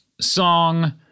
song